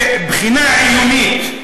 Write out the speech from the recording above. שבחינה עיונית,